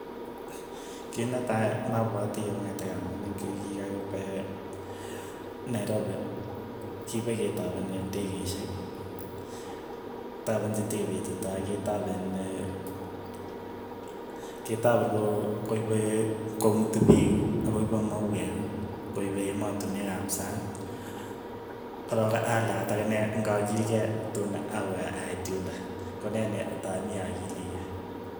Kit netai napwati kong'ete amining kokikakipee nairopi, kipaketapen iin ndekeshek, tapen chetepetitoi ketapeen ketapeen ko koipe komuti piik ak koipe maueek, koipe ematinwek ap sang, korok ale akot akine ngakiil kei ko tuun awe aiit yundok, ko ne nii ta mii akilikei.